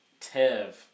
Tev